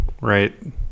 right